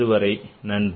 அதுவரை நன்றி